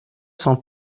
s’en